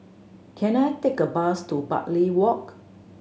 can I take a bus to Bartley Walk